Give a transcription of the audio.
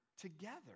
together